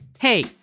Hey